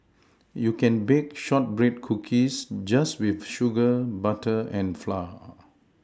you can bake shortbread cookies just with sugar butter and flour